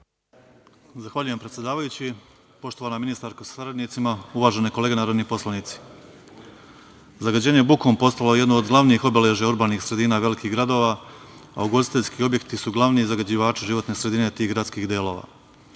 Zahvaljujem predsedavajući. Poštovana ministarko sa saradnicima, uvažene kolege narodni poslanici, zagađenje bukom postalo je jedno od glavnih obeležja urbanih sredina velikih gradova, a ugostiteljski objekti su glavni zagađivači životne sredine tih gradskih delova.